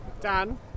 Dan